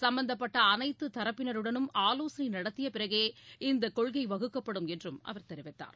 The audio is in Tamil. சும்பந்தப்பட்ட அனைத்து தரப்பினருடன் ஆலோசனை நடத்திய பிறகு இந்த கொள்கை வகுக்கப்படும் என்று அவர் கூறினார்